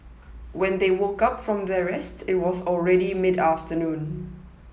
when they woke up from their rest it was already mid afternoon